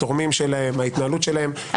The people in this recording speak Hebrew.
ההתנהלות שלהם,